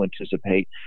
anticipate